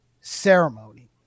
ceremony